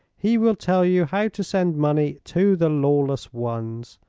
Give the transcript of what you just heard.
he will tell you how to send money to the lawless ones.